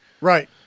Right